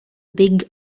big